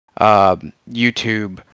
YouTube